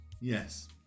Yes